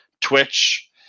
Twitch